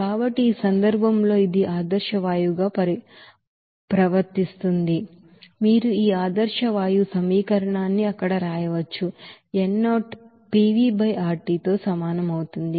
కాబట్టి ఈ సందర్భంలో ఇది ఆదర్శవాయువుగా ప్రవర్తిస్తుంది కాబట్టి మీరు ఈ ఆదర్శ వాయువు సమీకరణాన్ని ఇక్కడ వ్రాయవచ్చు n0 PVRTతో సమానం అవుతుంది